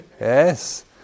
Yes